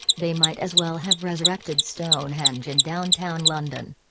they might as well have resurrected stonehenge in downtown london.